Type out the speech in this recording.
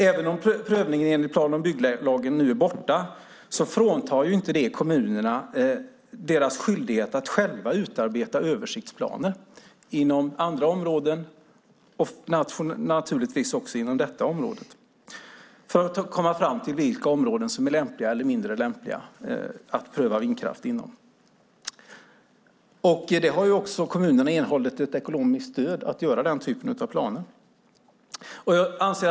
Även om detta med prövning enligt plan och bygglagen nu är borttaget fråntas kommunerna inte sin skyldighet att själva utarbeta översiktsplaner inom andra områden men naturligtvis också inom det här aktuella området för att komma fram till vilka områden som är lämpliga eller mindre lämpliga för prövning av vindkraft. Kommunerna har erhållit ekonomiskt stöd för att göra den typen av planer.